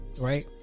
right